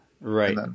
Right